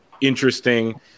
interesting